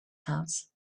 house